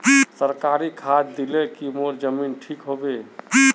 सरकारी खाद दिल की मोर जमीन ठीक होबे?